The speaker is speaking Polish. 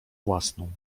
własną